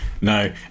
No